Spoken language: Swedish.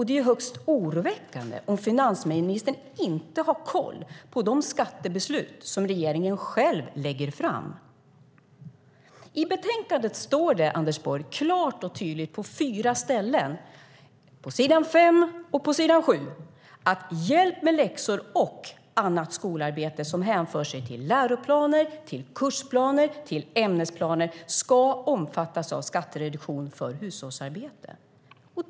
Det är högst oroväckande om finansministern inte har koll på de skatteförslag som regeringen själv lägger fram. I betänkandet står det klart och tydligt på fyra ställen, på s. 5 och på s. 7, att hjälp med läxor och annat skolarbete som hänför sig till läroplaner, kursplaner och ämnesplaner ska omfattas av skattereduktion för hushållsarbete.